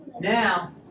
Now